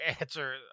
answer